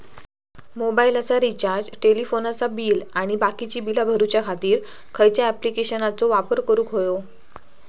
मोबाईलाचा रिचार्ज टेलिफोनाचा बिल आणि बाकीची बिला भरूच्या खातीर खयच्या ॲप्लिकेशनाचो वापर करूक होयो?